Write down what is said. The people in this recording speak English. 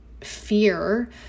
fear